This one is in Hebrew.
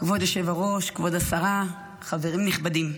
כבוד היושב-ראש, כבוד השרה, חברים נכבדים,